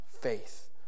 faith